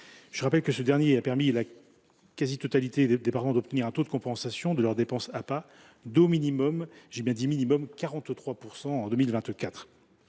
Je rappelle que ce dernier a permis à la quasi totalité des parents d’obtenir un taux de compensation de leurs dépenses d’APA d’au minimum – j’y insiste – 43 % en 2024.